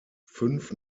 fünf